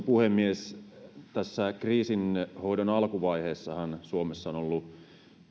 puhemies tässä kriisin hoidon alkuvaiheessahan suomessa on ollut